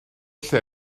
lle